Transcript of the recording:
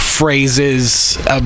Phrases